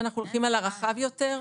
אם אנחנו הולכים על הרחב יותר,